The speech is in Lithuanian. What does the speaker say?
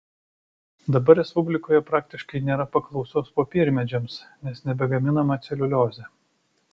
dabar respublikoje praktiškai nėra paklausos popiermedžiams nes nebegaminama celiuliozė